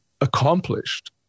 accomplished